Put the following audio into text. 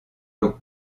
l’eau